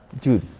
dude